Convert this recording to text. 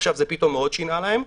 עכשיו פתאום זה מאוד שינה להם.